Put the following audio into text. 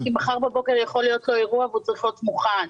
כי מחר בבוקר יכול להיות לו אירוע והוא צריך להיות מוכן,